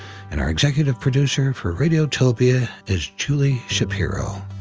and our executive producer for radiotopia is julie shapiro.